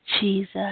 Jesus